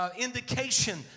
Indication